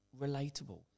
relatable